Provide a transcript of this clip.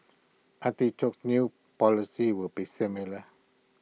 artichoke's new policy will be similar